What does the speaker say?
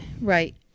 right